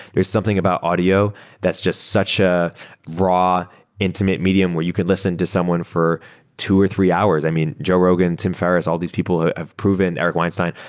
there's something about audio that's just such a raw intimate medium where you can listen to someone for two or three hours. i mean, joe rogan, tim ferriss, all these people have proven, eric weinstein,